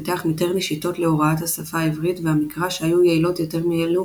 פיתח מיטרני שיטות להוראת השפה העברית והמקרא שהיו יעילות יותר מאלו